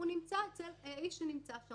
הוא נמצא אצל האיש שנמצא שם.